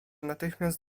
natychmiast